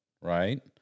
right